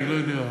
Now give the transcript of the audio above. אני לא יודע,